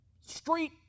street